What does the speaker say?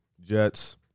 Jets